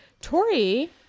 Tori